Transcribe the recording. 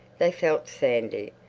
they felt sandy.